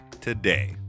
today